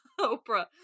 Oprah